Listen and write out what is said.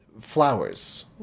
flowers